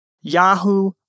Yahoo